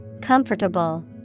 Comfortable